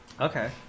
Okay